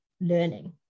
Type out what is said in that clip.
learning